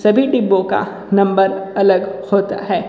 सभी डिब्बों का नंबर अलग होता है